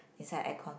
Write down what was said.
inside aircon